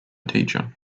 teacher